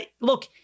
Look